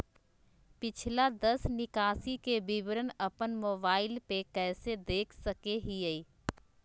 पिछला दस निकासी के विवरण अपन मोबाईल पे कैसे देख सके हियई?